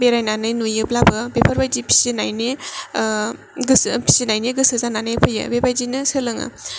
बेरायनानै नुयोब्लाबो बेफोरबादि फिसिनायनि गोसो फिसिनायनि गोसो जानानै फैयो बेबादिनो सोलोङो